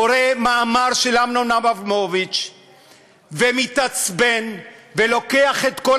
קורא מאמר של אמנון אברמוביץ ומתעצבן ולוקח את כל